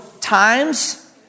times